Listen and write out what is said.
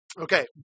Okay